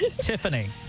Tiffany